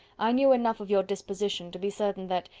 i knew enough of your disposition to be certain that,